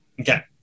Okay